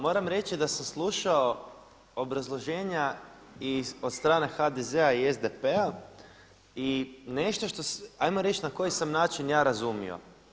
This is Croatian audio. Moram reći da sam slušao obrazloženja i od strane HDZ-a i SDP-a i nešto što, hajmo reći na koji način sam ja razumio.